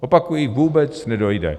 Opakuji, vůbec nedojde!